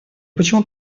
почему